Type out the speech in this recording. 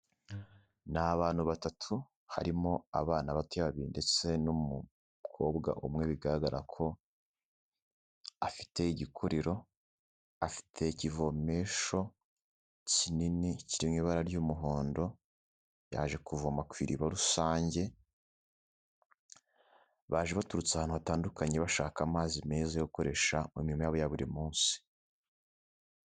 Ni abantu batatu harimo abana batoya babiri ndetse n'umukobwa umwe bigaragara ko afite igikuriro, afite ikivomesho kinini kiri mu ibara ry'umuhondo, yaje kuvoma ku iriba rusange, baje baturutse ahantu hatandukanye bashaka amazi meza yo gukoresha mu mirimo yabo ya buri munsi.